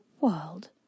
world